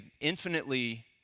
infinitely